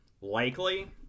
likely